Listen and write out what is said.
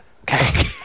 Okay